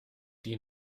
die